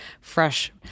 fresh